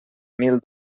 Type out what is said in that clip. mil